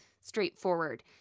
straightforward